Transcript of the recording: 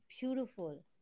beautiful